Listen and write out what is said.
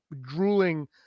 drooling